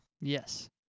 Yes